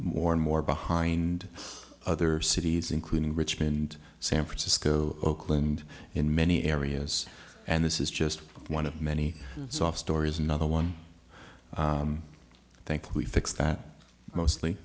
more and more behind other cities including richmond san francisco oakland in many areas and this is just one of many soft stories another one thankfully fix that mostly